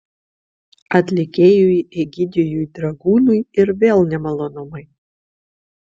atlikėjui egidijui dragūnui ir vėl nemalonumai